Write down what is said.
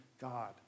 God